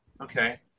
Okay